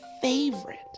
favorite